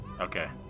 Okay